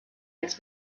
als